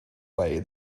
way